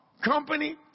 company